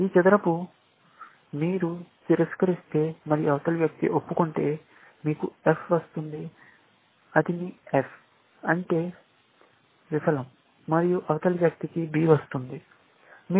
ఈ చదరపు మీరు తిరస్కరిస్తే మరియు అవతలి వ్యక్తి ఒప్పుకుంటే మీకు F వస్తుంది అది మీ ఎఫ్ అంటే విఫలం మరియు అవతలి వ్యక్తికి B వస్తుంది